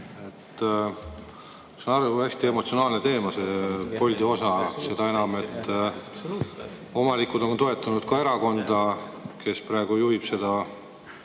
Saan aru, hästi emotsionaalne teema see Boldi teema. Seda enam, et omanikud on toetanud erakonda, kes praegu juhib seda